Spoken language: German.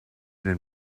den